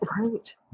Right